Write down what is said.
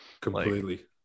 completely